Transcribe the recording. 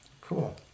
cool